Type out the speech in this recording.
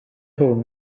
hwn